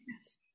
Yes